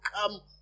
come